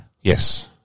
Yes